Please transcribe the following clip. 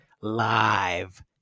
live